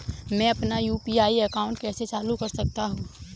मैं अपना UPI account कैसे चालू कर सकता हूँ?